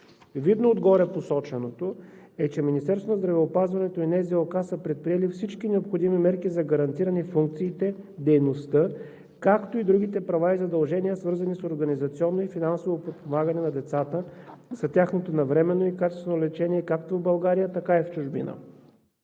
Видно от горепосоченото е, че Министерството на здравеопазването и НЗОК са предприели всички необходими мерки за гарантиране функциите, дейността, както и другите права и задължения, свързани с организационно и финансово подпомагане на децата за тяхното навременно и качествено лечение както в България, така и в чужбина.